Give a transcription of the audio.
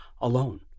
alone